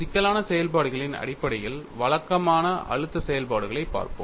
சிக்கலான செயல்பாடுகளின் அடிப்படையில் வழக்கமான அழுத்த செயல்பாடுகளைப் பார்ப்போம்